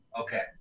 okay